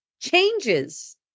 changes